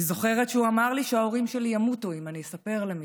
אני זוכרת שהוא אמר לי שההורים שלי ימותו אם אני אספר למישהו,